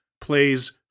plays